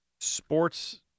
Sports